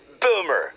Boomer